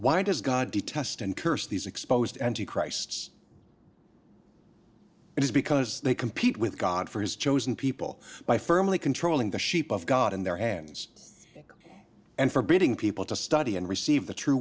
why does god detest and curse these exposed anti christ it is because they compete with god for his chosen people by firmly controlling the sheep of god in their hands and forbidding people to study and receive the true